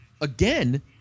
again